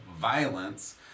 violence